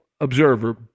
observer